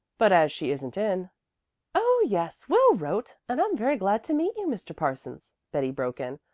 but as she isn't in oh, yes, will wrote, and i'm very glad to meet you, mr. parsons, betty broke in.